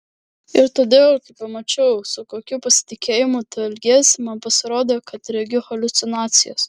ir todėl kai pamačiau su kokiu pasitikėjimu tu elgiesi man pasirodė kad regiu haliucinacijas